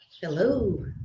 Hello